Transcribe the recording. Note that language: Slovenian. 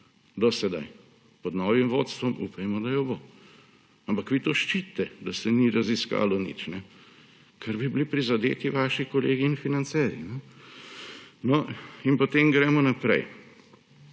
jo bo pod novim vodstvom. Ampak vi to ščitite, da se ni raziskalo nič, ker bi bili prizadeti vaši kolegi in financerji. In potem gremo naprej.